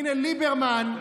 הינה ליברמן,